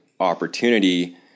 opportunity